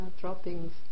droppings